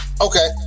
Okay